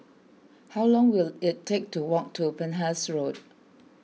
how long will it take to walk to Penhas Road